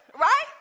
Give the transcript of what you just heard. right